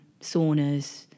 saunas